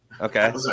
Okay